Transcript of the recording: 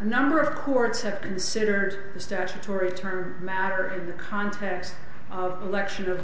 a number of courts have considered the statutory term matter in the context of elect